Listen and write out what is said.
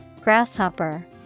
Grasshopper